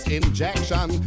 injection